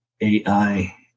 AI